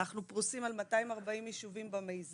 אנחנו פרושים על 240 יישובים במיזם.